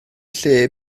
lle